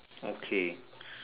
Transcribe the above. okay